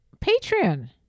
Patreon